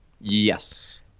Yes